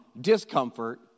discomfort